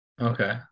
Okay